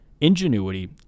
ingenuity